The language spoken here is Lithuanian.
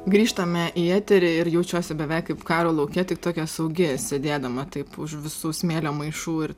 grįžtame į eterį ir jaučiuosi beveik kaip karo lauke tik tokia saugi sėdėdama taip už visų smėlio maišų ir